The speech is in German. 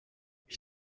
ich